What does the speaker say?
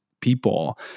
people